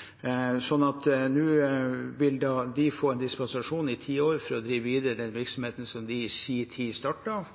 Nå vil de få en dispensasjon i ti år for å drive den virksomheten de i sin tid startet.